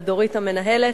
לדורית המנהלת,